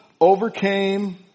overcame